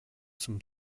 zum